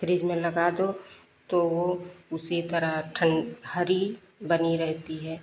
fridge में लगा दो तो वो उसी तरह ठंड हरी बनी रहती है